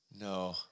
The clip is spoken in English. No